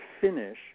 finish